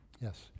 Yes